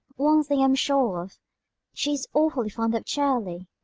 one thing i'm sure of she's awfully fond of chearlie.